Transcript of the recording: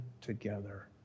together